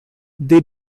they